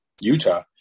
Utah